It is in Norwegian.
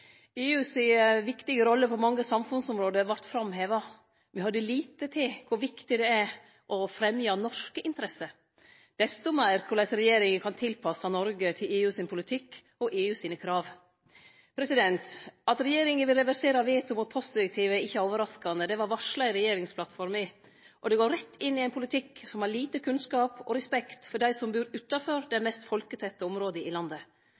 EU si viktige rolle på mange samfunnsområde vart framheva. Me høyrde lite til kor viktig det er å fremje norske interesser – desto meir korleis regjeringa kan tilpasse Noreg til EU sin politikk og EU sine krav. At regjeringa vil reversere veto mot postdirektivet, er ikkje overraskande. Det var varsla i regjeringsplattforma, og det går rett inn i ein politikk som har lite kunnskap og respekt for dei som bur utanfor dei mest folketette områda i landet.